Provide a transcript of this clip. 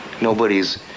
Nobody's